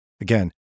Again